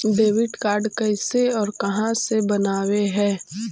Debit card कैसे और कहां से बनाबे है?